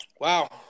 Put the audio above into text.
wow